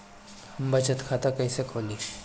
हम बचत खाता कईसे खोली?